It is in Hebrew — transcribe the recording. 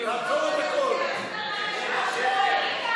אין שר במליאה.